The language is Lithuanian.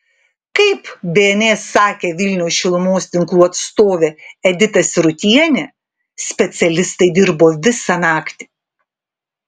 kaip bns sakė vilniaus šilumos tinklų atstovė edita sirutienė specialistai dirbo visą naktį